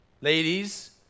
ladies